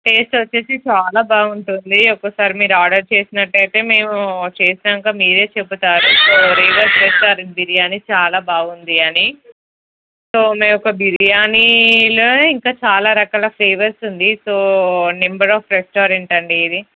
taste వచ్చి చాలా బావుంటుంది ఒక్కసారి మీరు ఆర్డర్ చేసినట్టయితే మేము చేశాక మీరే చెబుతారు రీవర్స్ రెస్టారెంట్ బిర్యానీ చాలా బాగుంది అని సో మా యొక్క బిర్యానీలో చాలా రకాల ఫ్లేవర్స్ ఉంది సో నెంబర్ వన్ రెస్టారెంట్ అండి ఇది